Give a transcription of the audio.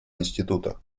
института